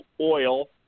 oil